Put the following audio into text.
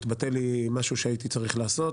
התבטל לי משהו שהייתי צריך לעשות